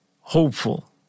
hopeful